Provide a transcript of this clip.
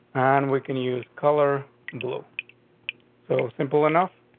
on. we can use color blue so simple enough.